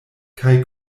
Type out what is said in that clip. kaj